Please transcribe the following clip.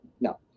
no